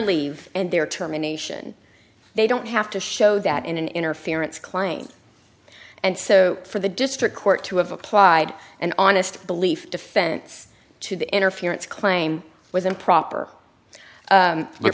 leave and their term in nation they don't have to show that in an interference claim and so for the district court to have applied an honest belief defense to the interference claim was improper